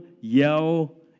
yell